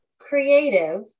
creative